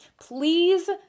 please